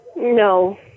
No